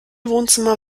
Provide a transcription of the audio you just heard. wohnzimmer